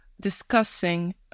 discussing